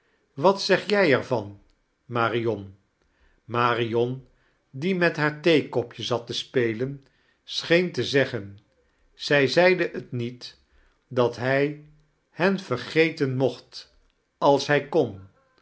wat zeg jij eir van marion mairion die met haar theekopje zat te spelen scheen te zeggen zij zeide het niet dat hij hen vergeten mocht als hij kon